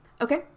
Okay